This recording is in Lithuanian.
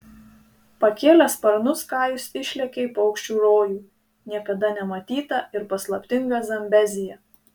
pakėlęs sparnus kajus išlekia į paukščių rojų niekada nematytą ir paslaptingą zambeziją